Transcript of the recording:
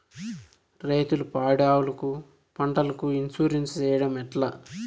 రైతులు పాడి ఆవులకు, పంటలకు, ఇన్సూరెన్సు సేయడం ఎట్లా?